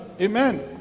Amen